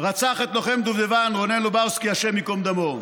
רצח את לוחם דובדבן רונן לוברסקי, השם ייקום דמו.